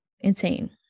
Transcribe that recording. Insane